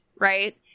right